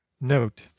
note